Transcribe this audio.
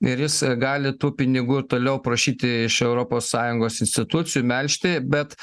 ir jis gali tų pinigų ir toliau prašyti iš europos sąjungos institucijų melžti bet